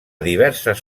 diverses